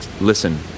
listen